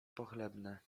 pochlebne